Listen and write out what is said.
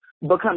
become